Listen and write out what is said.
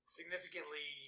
significantly